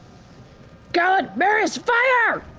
gallan, marius, fire!